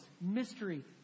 mystery